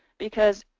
because